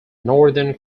northern